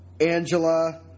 Angela